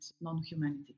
non-humanity